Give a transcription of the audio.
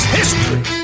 history